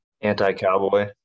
Anti-cowboy